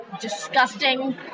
disgusting